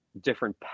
different